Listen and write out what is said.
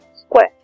square